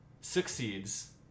succeeds